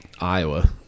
Iowa